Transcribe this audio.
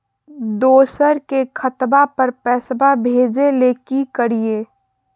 दोसर के खतवा पर पैसवा भेजे ले कि करिए?